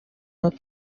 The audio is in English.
not